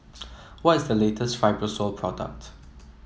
what is the latest Fibrosol product